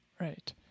right